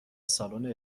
سالن